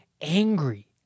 angry